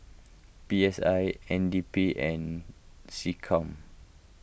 P S I N D P and SecCom